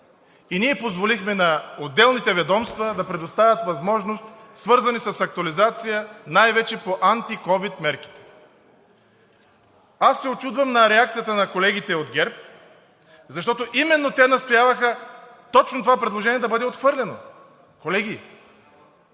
а ние позволихме на отделните ведомства да предоставят възможности, свързани с актуализацията най вече на антиковид мерките. Аз се учудвам на реакцията на колегите от ГЕРБ, защото именно те настояваха точно това предложение да бъде отхвърлено. Колеги,